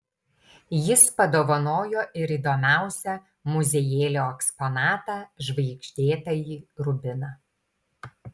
jis padovanojo ir įdomiausią muziejėlio eksponatą žvaigždėtąjį rubiną